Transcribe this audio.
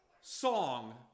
song